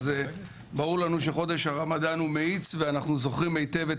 אז ברור לנו שחודש הרמדאן הוא מאיץ ואנחנו זוכרים היטב את